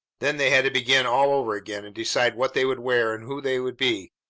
then they had to begin all over again, and decide what they would wear and who they would be.